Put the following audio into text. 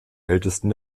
ältesten